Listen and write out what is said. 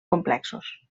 complexos